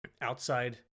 outside